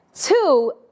Two